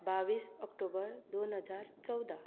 बावीस ऑक्टोबर दोन हजार चवदा